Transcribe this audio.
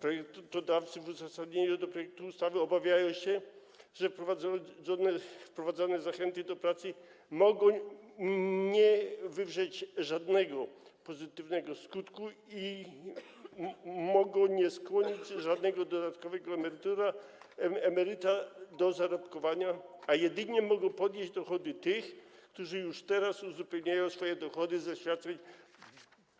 Projektodawcy w uzasadnieniu projektu ustawy obawiają się, że wprowadzane zachęty do pracy mogą nie wywrzeć żadnego pozytywnego skutku i mogą nie skłonić żadnego dodatkowego emeryta do zarobkowania, a jedynie mogą podnieść dochody tych, którzy już teraz uzupełniają swoje dochody ze świadczeń